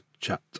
chat